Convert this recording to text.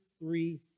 three